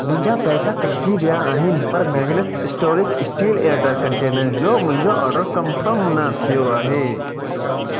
मुंहिंजा पैसा कटिजी विया आहिनि पर मेगनेस स्टोरेज स्टील एयरटाइट कंटेनर जो मुंहिंजो ऑर्डर कमफ़र्म न थियो आहे